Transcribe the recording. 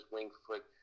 Wingfoot